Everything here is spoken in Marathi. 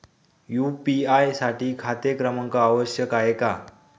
यू.पी.आय साठी खाते क्रमांक आवश्यक आहे का?